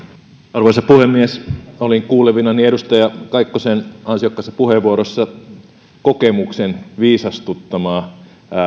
arvoisa puhemies olin kuulevinani edustaja kaikkosen ansiokkaassa puheenvuorossa kokemuksen viisastuttamaa